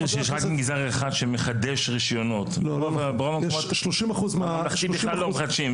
שרק מגזר אחד שמחדש רישיונות- יש 30 אחוז מה- לא מחדשים,